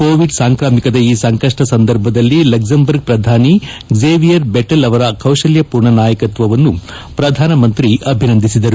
Covid ಸಾಂಕಾಮಿಕದ ಈ ಸಂಕಷ್ನ ಸಂದರ್ಭದಲ್ಲಿ ಲಕ್ಷೆಂಬರ್ಗ್ ಶ್ರಧಾನಿ ಝೇವಿಯರ್ ಬೆಟೆಲ್ ಅವರ ಕೌಶಲ್ಲಪೂರ್ಣ ನಾಯಕತ್ವವನ್ನು ಶ್ರಧಾನಮಂತ್ರಿ ಅಭಿನಂದಿಸಿದರು